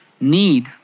Need